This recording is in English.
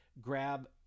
grab